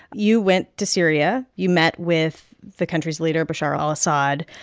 you went to syria. you met with the country's leader, bashar al assad.